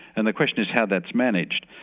and the question is how that's managed.